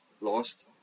lost